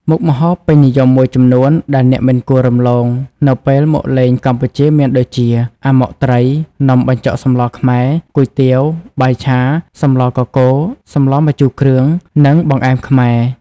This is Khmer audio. មុខម្ហូបពេញនិយមមួយចំនួនដែលអ្នកមិនគួររំលងនៅពេលមកលេងកម្ពុជាមានដូចជា អាម៉ុកត្រី នំបញ្ចុកសម្លរខ្មែរ គុយទាវ បាយឆា សម្លរកកូរ សម្លរម្ជូរគ្រឿង និងបង្អែមខ្មែរ ។